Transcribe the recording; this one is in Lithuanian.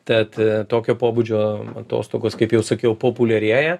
tad tokio pobūdžio atostogos kaip jau sakiau populiarėja